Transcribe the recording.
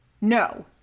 No